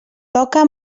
toca